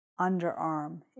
Underarm